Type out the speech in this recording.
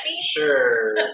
sure